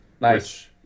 Nice